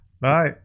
bye